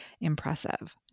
impressive